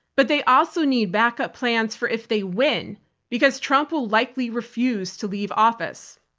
but they also need backup plans for if they win because trump will likely refuse to leave office.